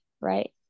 right